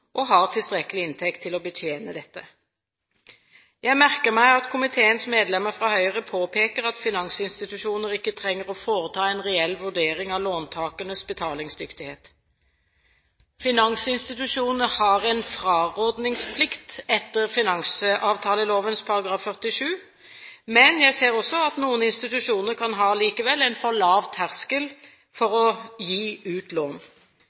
og har tilstrekkelig inntekt til å betjene dette. Jeg merker meg at komiteens medlemmer fra Høyre påpeker at finansinstitusjoner ikke trenger å foreta en reell vurdering av låntakernes betalingsdyktighet. Finansinstitusjoner har en frarådningsplikt etter finansavtaleloven § 47, men jeg ser også at noen institusjoner likevel kan ha en for lav terskel for å gi ut lån.